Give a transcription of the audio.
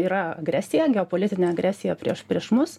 yra agresija geopolitinė agresija prieš prieš mus